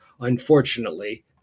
unfortunately